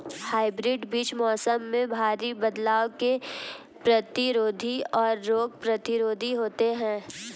hybrid बीज मौसम में भारी बदलाव के प्रतिरोधी और रोग प्रतिरोधी होते हैं